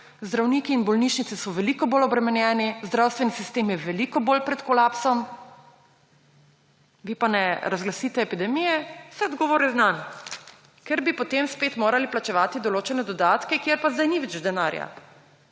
zdravniki in bolnišnice so veliko bolj obremenjeni, zdravstveni sistem je veliko bolj pred kolapsom, vi pa ne razglasite epidemije, saj odgovor je znan, ker bi potem spet morali plačevati določene dodatke, kjer pa zdaj ni več denarja.